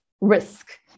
risk